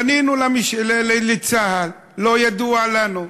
פנינו לצה"ל, לא ידוע לנו,